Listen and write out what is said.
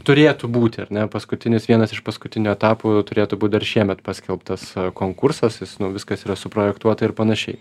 turėtų būti ar ne paskutinis vienas iš paskutinių etapų turėtų būt dar šiemet paskelbtas konkursas is viskas yra suprojektuota ir panašiai